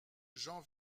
j’en